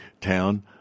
town